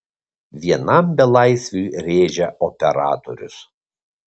vienam belaisviui rėžia operatorius